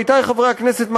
עמיתי חברי הכנסת,